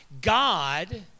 God